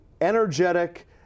energetic